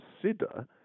consider